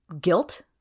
guilt